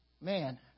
man